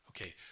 Okay